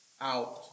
out